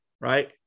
Right